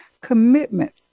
commitment